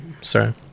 sorry